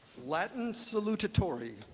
latin salutatorian,